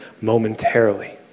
momentarily